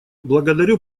благодарю